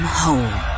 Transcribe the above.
home